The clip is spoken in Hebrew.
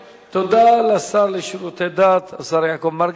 תודה לשר לשירותי דת, השר יעקב מרגי.